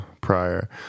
prior